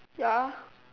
ya